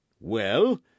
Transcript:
Well